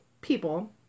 people